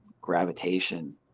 gravitation